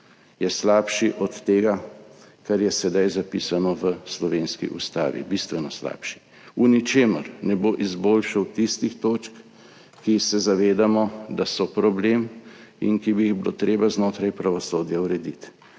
Je slabši od tega, kar je sedaj zapisano v slovenski ustavi, bistveno slabši. V ničemer ne bo izboljšal tistih točk, za katere se zavedamo, da so problem, in ki bi jih bilo treba znotraj pravosodja urediti.